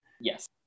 Yes